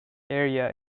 area